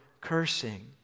cursing